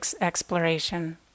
exploration